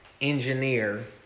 engineer